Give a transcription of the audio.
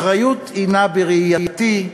אחריות היא, בראייתי,